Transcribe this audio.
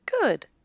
good